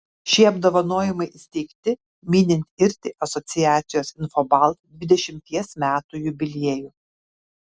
šie apdovanojimai įsteigti minint irti asociacijos infobalt dvidešimties metų jubiliejų